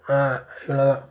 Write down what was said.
ஆ இவ்வளோதான்